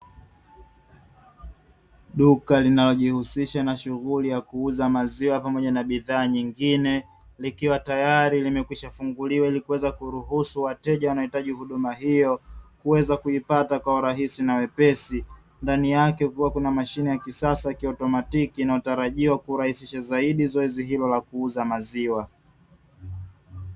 Duka linalojihusisha na shughuli ya kuuza maziwa pamoja na bidhaa nyingine, likiwa tayari limekwishafunguliwa ili kuweza kuruhusu wateja wanaohitaji huduma hiyo; kuweza kuipata kwa urahisi na wepesi. Ndani yake kukiwa kuna mashine ya kisasa kiautomatoki inayotarajiwa kurahisisha zaidi zoezi hilo la kuuza maziwa.